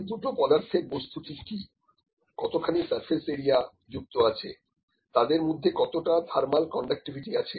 ওই দুটো পদার্থের বস্তুটা কি কতখানি সারফেস এরিয়া যুক্ত আছে তাদের মধ্যে কতটা থার্মাল কন্ডাক্টিভিটি আছে